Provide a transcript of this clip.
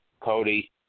Cody